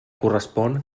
correspon